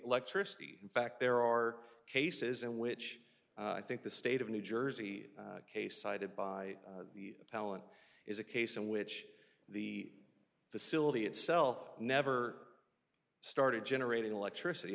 electricity in fact there are cases in which i think the state of new jersey case cited by the hauen is a case in which the facility itself never started generating electricity